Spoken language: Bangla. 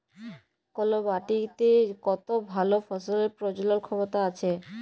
কল মাটিতে কত ভাল ফসলের প্রজলল ক্ষমতা আছে